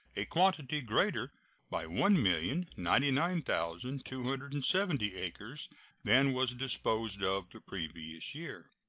a quantity greater by one million ninety nine thousand two hundred and seventy acres than was disposed of the previous year.